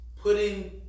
putting